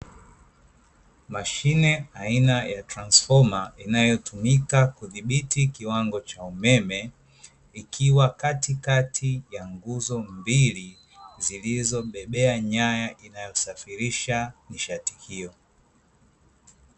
Mashine aina ya transfoma, inayotumika kuthibiti kiwango cha umeme ikiwa katikati ya nguzo mbili zilizombebea nyaya inayosafirisha nishati hiyo.